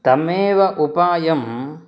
तमेव उपायं